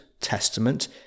Testament